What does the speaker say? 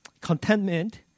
Contentment